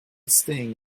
staying